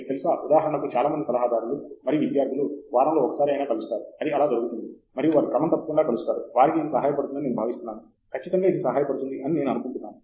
మీకు తెలుసు ఉదాహరణకు చాలా మంది సలహాదారులు మరియు విద్యార్థులు వారములో ఒకసారి అయినా కలుస్తారు అది అలా జరుగుతుంది మరియు వారు క్రమం తప్పకుండా కలుస్తారు వారికి ఇది సహాయపడుతుందని నేను భావిస్తున్నాను ఖచ్చితముగా ఇది సహాయపడుతుంది అని నేను అనుకుంటున్నాను